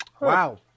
Wow